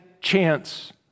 chance